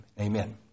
Amen